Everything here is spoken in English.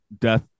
death